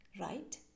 right